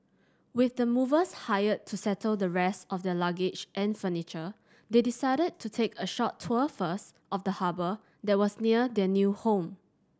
with the movers hired to settle the rest of their luggage and furniture they decided to take a short tour first of the harbour that was near their new home